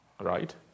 right